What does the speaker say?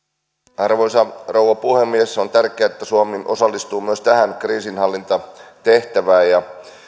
arvoisa rouva puhemies on tärkeää että suomi osallistuu myös tähän kriisinhallintatehtävään ja